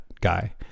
guy